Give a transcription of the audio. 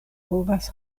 povas